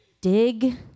dig